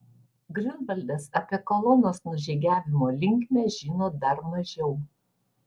griunvaldas apie kolonos nužygiavimo linkmę žino dar mažiau